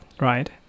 right